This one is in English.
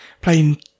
playing